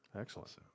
Excellent